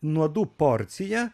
nuodų porcija